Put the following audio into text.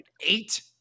eight